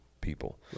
people